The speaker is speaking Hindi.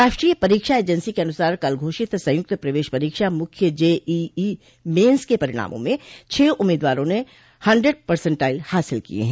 राष्ट्रीय परीक्षा एजेंसी के अनुसार कल घोषित संयुक्त प्रवेश परीक्षा मुख्य जेईई मेन्स के परिणामों में छह उम्मीदवारों ने हंडरेड पर्सनटाइल हासिल किये हैं